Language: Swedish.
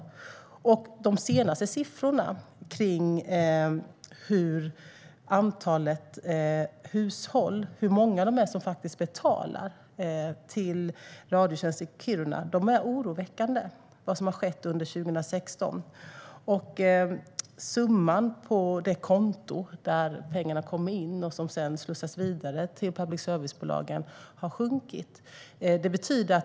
Jag tänker på de senaste siffrorna över hur många det är som faktiskt betalar till Radiotjänst i Kiruna. Det som har skett under 2016 är oroväckande. Summan på det konto där pengarna kommer in, som sedan slussas vidare till public service-bolagen, har sjunkit.